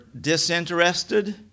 disinterested